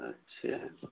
अच्छा